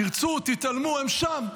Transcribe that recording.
תרצו, תתעלמו, הם שם.